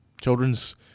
children's